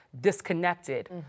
disconnected